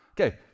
Okay